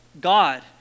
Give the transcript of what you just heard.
God